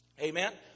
Amen